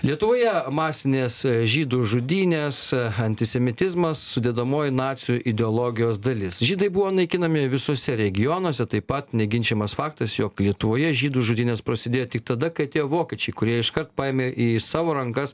lietuvoje masinės žydų žudynės antisemitizmas sudedamoji nacių ideologijos dalis žydai buvo naikinami visuose regionuose taip pat neginčijamas faktas jog lietuvoje žydų žudynės prasidėjo tik tada kai atėjo vokiečiai kurie iškart paėmė į savo rankas